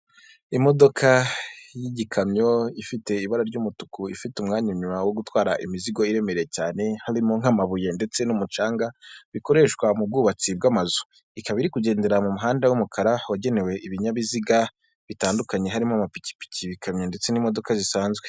Imodoka y'igikamyo ifite ibara ry'umutuku, ifite umwanya inyuma wo gutwara imizigo iremereye cyane harimo nk'amabuye ndetse n'umucanga, bikoreshwa mu bwubatsi bw'amazu. Ikaba iri kugendera mu muhanda w'umukara wagenewe ibinyabiziga bitandukanye harimo amapikipiki, ibikamyo ndetse n'imodoka zisanzwe.